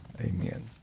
amen